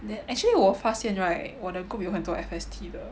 then actually 我发现 right 我的 group 有很多 F_S_T 的